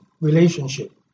relationship